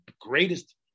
greatest-